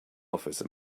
office